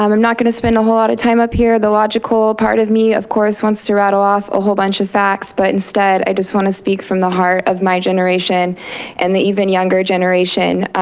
um i'm not going to spend a whole lot of time up here. the logical part of me of course wants to rattle off a whole bunch of facts, but instead i just want to speak from the heart of my generation and the even younger generation.